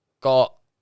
got